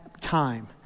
time